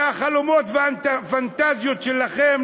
שהחלומות והפנטזיות שלכם,